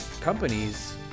companies